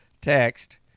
text